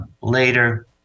later